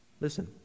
Listen